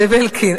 זאב אלקין.